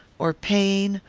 or pain,